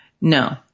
No